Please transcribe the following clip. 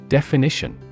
Definition